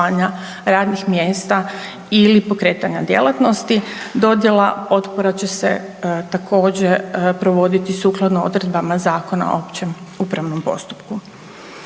radnih mjesta ili pokretanja djelatnosti. Dodjela potpora će se također provoditi sukladno odredbama Zakona o općem upravnom postupku.